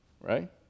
right